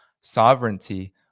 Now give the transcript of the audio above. sovereignty